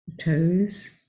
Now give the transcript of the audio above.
Toes